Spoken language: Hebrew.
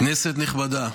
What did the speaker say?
כנסת נכבדה,